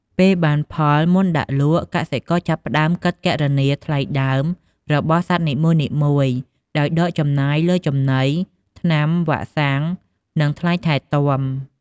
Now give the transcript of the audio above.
ពេលបានផល មុនដាក់លក់ កសិករចាប់ផ្តើមគិតគណនាថ្លៃដើមរបស់សត្វនីមួយៗ ដោយដកចំណាយលើចំណី ថ្នាំ វ៉ាក់សាំង និងថ្លៃថែទាំ។